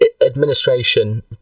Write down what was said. administration